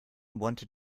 wanted